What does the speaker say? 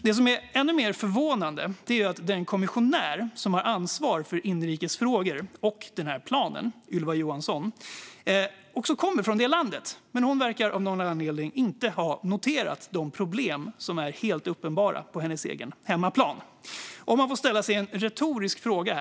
Det som är ännu mer förvånande är att den kommissionär som har ansvar för inrikes frågor och planen, Ylva Johansson, också kommer från det landet, men hon verkar av någon anledning inte ha noterat de problem som är helt uppenbara på hennes egen hemmaplan. Låt mig få ställa en retorisk fråga.